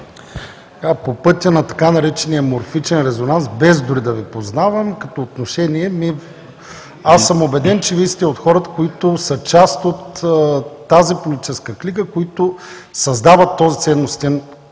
по пътя на така наречения „морфичен резонанс“ без дори да Ви познавам, по отношението съм убеден, че Вие сте от хората, които са част от тази политическа клика, които създават този ценностен